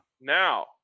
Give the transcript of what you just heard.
now